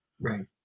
Right